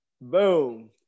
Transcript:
Boom